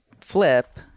flip